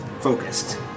focused